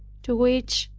to which,